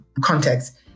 context